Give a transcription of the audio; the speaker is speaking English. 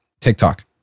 TikTok